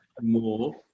more